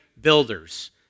builders